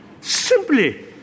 Simply